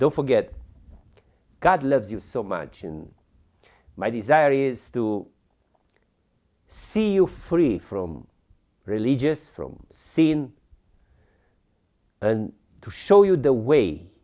don't forget god loves you so much and my desire is to see you free from religious from scene and to show you the way